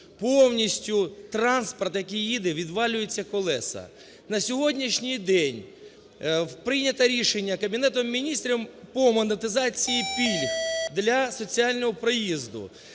повністю транспорт, який їде, відвалюються колеса. На сьогоднішній день прийнято рішення Кабінетом Міністрів по монетизації пільг для соціального проїзду.